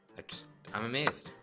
i just i'm amazed